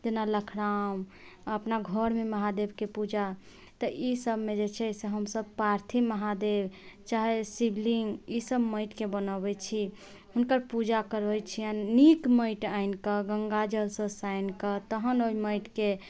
जेना लखराम अपना घर मे महादेव के पूजा तऽ ईसब मे जे छै से हम सब पार्थिव महादेव चाहे शिवलिंग ईसब माटि के बनबै छी हुनकर पूजा करै छियनि नीक माटि आनि क गंगाजल सँ सानि क तहन ओहि माटि के